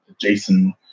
Jason